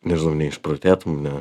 nežinau neišprotėtum ne